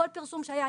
כל פרסום שהיה,